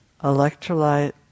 electrolyte